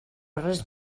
res